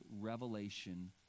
revelation